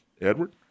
Edward